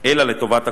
אלא לטובת הקונה.